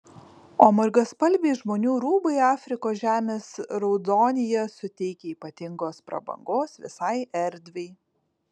o margaspalviai žmonių rūbai afrikos žemės raudonyje suteikia ypatingos prabangos visai erdvei